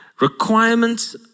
Requirements